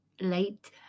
late